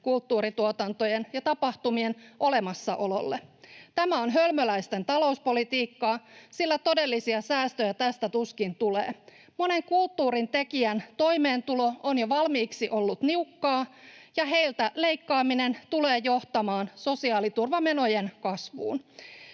kulttuurituotantojen ja -tapahtumien olemassaololle. Tämä on hölmöläisten talouspolitiikkaa, sillä todellisia säästöjä tästä tuskin tulee. Monen kulttuurintekijän toimeentulo on jo valmiiksi ollut niukkaa, ja heiltä leikkaaminen tulee johtamaan sosiaaliturvamenojen kasvuun.